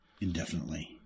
indefinitely